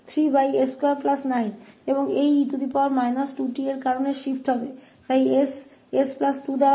और इस e 2t के कारण शिफ्ट हो जाएगा इसलिए s को 𝑠 2 से बदल दिया जाता है